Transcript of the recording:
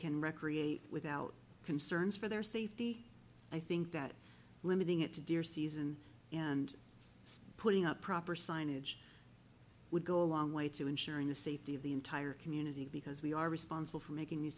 can recreate without concerns for their safety i think that limiting it to deer season and putting up proper signage would go a long way to ensuring the safety of the entire community because we are responsible for making these